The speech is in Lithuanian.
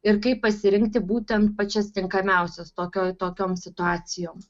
ir kaip pasirinkti būtent pačias tinkamiausias tokiam tokioms situacijom